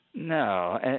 No